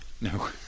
No